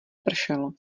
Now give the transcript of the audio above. pršelo